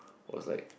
was like